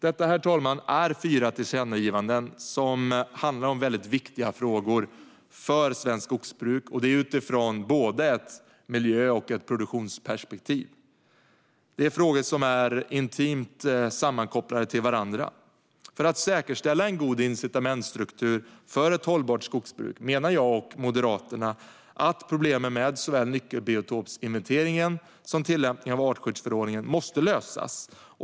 Detta, herr talman, är fyra tillkännagivanden som handlar om viktiga frågor för svenskt skogsbruk, utifrån både ett miljöperspektiv och ett produktionsperspektiv. Det är frågor som är intimt sammankopplade. För att säkerställa en god incitamentsstruktur för ett hållbart skogsbruk, menar jag och Moderaterna, måste problemen med såväl nyckelbiotopsinventeringen som tillämpningen av artskyddsförordningen lösas.